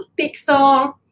pixel